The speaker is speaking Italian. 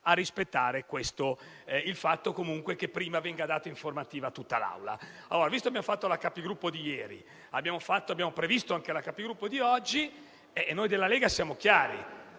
e rispettare il fatto che prima venga data informativa a tutta l'Assemblea.